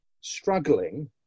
struggling